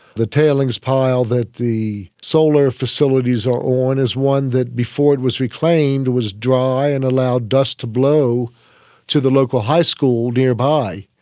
the tailings pile that the solar facilities are on is one that before it was reclaimed was dry and allowed dust to blow to the local high school nearby.